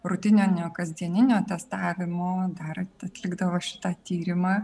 rutininio kasdieninio testavimo dar atlikdavo šitą tyrimą